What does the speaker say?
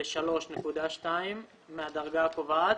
- 63.2% מהדרגה הקובעת,